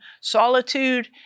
solitude